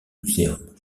museum